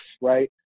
right